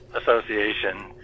Association